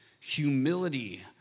humility